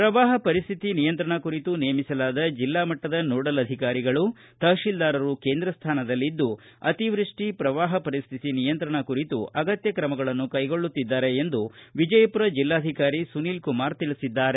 ಪ್ರವಾಹ ಪರಿಸ್ಥಿತಿ ನಿಯಂತ್ರಣ ಕುರಿತು ನೇಮಿಸಲಾದ ಜಿಲ್ಲಾ ಮಟ್ಟದ ನೋಡಲ್ ಅಧಿಕಾರಿಗಳು ತಪಶೀಲದಾರರು ಕೇಂದ್ರ ಸ್ಥಾನದಲ್ಲಿದ್ದು ಅತಿವೃಷ್ಟಿ ಪ್ರವಾಪ ಪರಿಸ್ಥಿತಿ ನಿಯಂತ್ರಣ ಕುರಿತು ಅಗತ್ಯ ಕ್ರಮಗಳನ್ನು ಕೈಗೊಳ್ಳುತ್ತಿದ್ದಾರೆ ಎಂದು ವಿಜಯಪುರ ಜಿಲ್ಲಾಧಿಕಾರಿ ಸುನೀಲ್ ಕುಮಾರ್ ತಿಳಿಸಿದ್ದಾರೆ